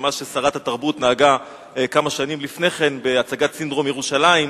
למה ששרת התרבות נהגה כמה שנים לפני כן בהצגה "סינדרום ירושלים",